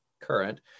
current